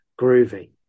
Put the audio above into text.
groovy